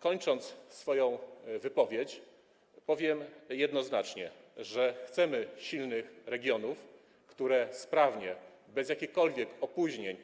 Kończąc swoją wypowiedź, powiem jednoznacznie, że chcemy silnych regionów, które sprawnie, bez jakichkolwiek opóźnień